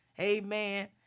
Amen